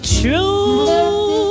true